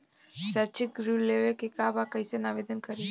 शैक्षिक ऋण लेवे के बा कईसे आवेदन करी?